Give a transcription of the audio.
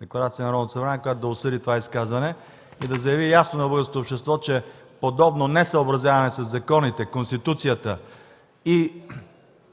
декларация на Народното събрание, която да осъди това изказване и да заяви ясно на българското общество, че подобно несъобразяване със законите, Конституцията и